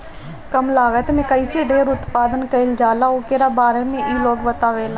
कम लागत में कईसे ढेर उत्पादन कईल जाला ओकरा बारे में इ लोग बतावेला